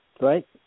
Right